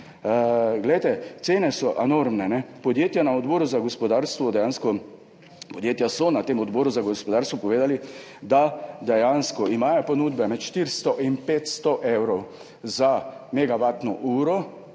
Glejte, cene so enormne, podjetja so na Odboru za gospodarstvo povedala, da imajo dejansko ponudbe med 400 in 500 evri za megavatno uro,